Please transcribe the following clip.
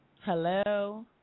Hello